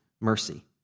mercy